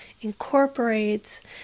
incorporates